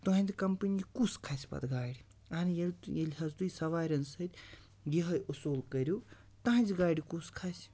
تُہِنٛدِ company کُس کھَسہِ پَتہٕ گاڑِ اہَنہٕ ییٚلہِ ییٚلہِ حظ تُہۍ سوارٮ۪ن سۭتۍ یِہٕے اصوٗل کٔرِو تَہَنٛزِ گاڑِ کُس کھَسہِ